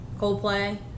Coldplay